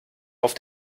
auf